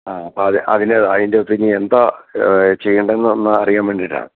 ആ അപ്പോൾ അത് അതിന് അതിൻറ്റകത്തിനി എന്താ ചെയ്യേണ്ടതെന്നൊന്ന് അറിയാൻ വേണ്ടിയിട്ടാണ്